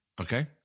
Okay